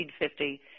1950